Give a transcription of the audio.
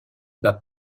pas